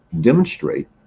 demonstrate